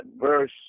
verse